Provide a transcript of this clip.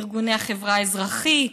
בארגוני החברה האזרחית,